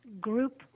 group